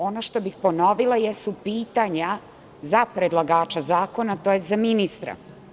Ono što bih ponovila jesu pitanja za predlagača zakona, tj. za ministra.